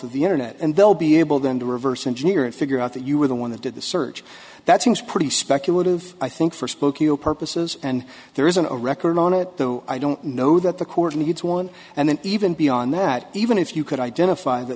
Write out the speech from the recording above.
of the internet and they'll be able then to reverse engineer and figure out that you were the one that did the search that seems pretty speculative i think for spokeo purposes and there isn't a record on it though i don't know that the court needs one and then even beyond that even if you could identify that